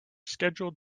scheduled